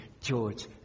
George